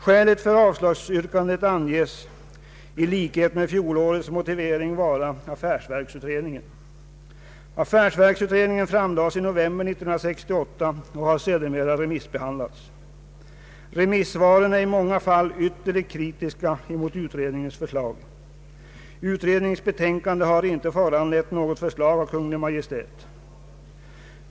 Skälet för avslagsyrkandet anges, i likhet med fjolårets motivering, vara affärsverksutredningen. Affärsverksutredningens betänkande framlades i november 1968 och har sedermera remissbehandlats. Remissvaren är i många fall ytterligt kritiska emot utredningens förslag. Utredningens betänkande har inte föranlett något förslag av Kungl. Maj:t.